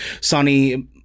Sonny